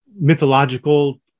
mythological